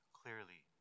clearly